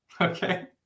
Okay